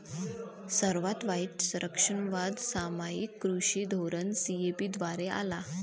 सर्वात वाईट संरक्षणवाद सामायिक कृषी धोरण सी.ए.पी द्वारे आला